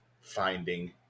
finding